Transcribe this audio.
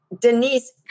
Denise